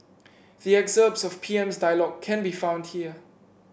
the excerpts of P M's dialogue can be found here